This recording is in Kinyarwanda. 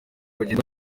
bagenda